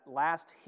last